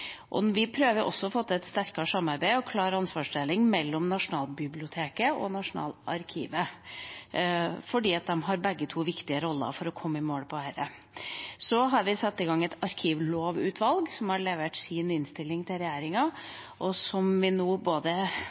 med. Vi prøver også å få til et sterkere samarbeid og en klar ansvarsdeling mellom Nasjonalbiblioteket og Nasjonalarkivet, for de har begge viktige roller i å komme i mål med dette. Så har vi satt i gang et arkivlovutvalg, som har levert sin innstilling til regjeringa, og som vi nå